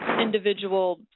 individual